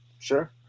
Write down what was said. Sure